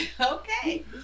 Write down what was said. Okay